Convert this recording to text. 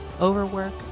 overwork